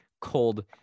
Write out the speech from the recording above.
cold